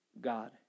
God